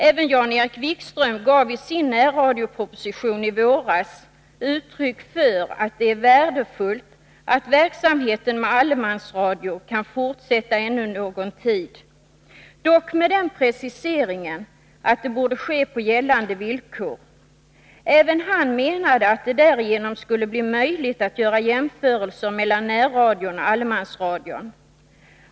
Även Jan-Erik Wikström gav i sin närradioproposition i våras uttryck för att det är värdefullt att verksamheten med allemansradio kan fortsätta ännu någon tid, dock med den preciseringen att det borde ske på gällande villkor. Även han menade att det därigenom skulle bli möjligt att göra jämförelser mellan närradion och allemansradion.